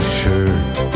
shirt